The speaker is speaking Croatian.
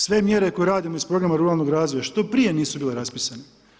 Sve mjere koje radimo iz programa ruralnog razvoja što prije nisu bile raspisane?